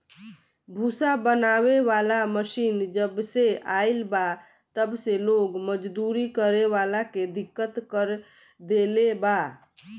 भूसा बनावे वाला मशीन जबसे आईल बा तब से लोग मजदूरी करे वाला के दिक्कत कर देले बा